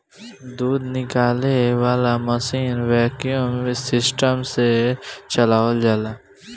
दूध निकाले वाला मशीन वैक्यूम सिस्टम से चलावल जाला